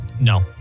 No